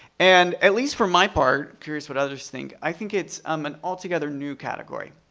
and, at least for my part, curious what others think, i think it's um an all together new category.